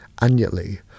annually